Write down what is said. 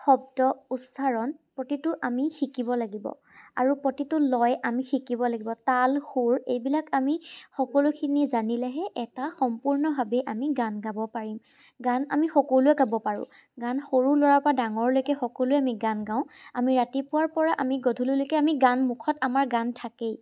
শব্দ উচ্চাৰণ প্ৰতিটো আমি শিকিব লাগিব আৰু প্ৰতিটো লয় আমি শিকিব লাগিব তাল সুৰ এইবিলাক আমি সকলোখিনি জানিলেহে এটা সম্পূৰ্ণভাৱে আমি গান গাব পাৰিম গান আমি সকলোৱে গাব পাৰোঁ গান সৰু ল'ৰাৰ পৰা ডাঙৰলৈকে আমি সকলোৱে গান গাওঁ আমি ৰাতিপুৱাৰ পৰা আমি গধূলিলৈকে আমি গান মুখত আমাৰ গান থাকেই